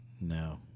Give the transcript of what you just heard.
No